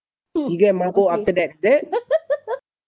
he get mabuk after that